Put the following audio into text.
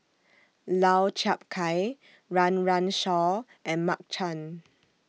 Lau Chiap Khai Run Run Shaw and Mark Chan